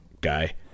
guy